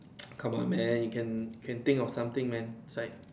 come on man you can you can think of something man it's like